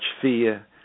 fear